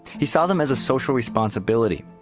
he saw them as a social responsibility,